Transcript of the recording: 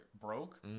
broke